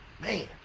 Man